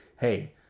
hey